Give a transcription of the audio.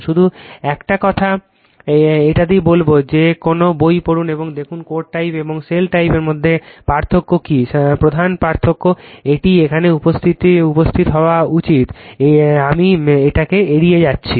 শুধু একটা কথা একটাই বলবো যে কোন বই পড়ুন এবং দেখুন কোর টাইপ এবং শেল টাইপের মধ্যে পার্থক্য কি প্রধান পার্থক্য এটি এখানে উপস্থিত হওয়া উচিত আমি এটিকে এড়িয়ে যাচ্ছি